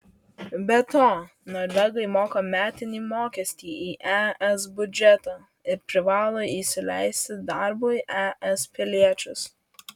be to norvegai moka metinį mokestį į es biudžetą ir privalo įsileisti darbui es piliečius